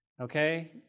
Okay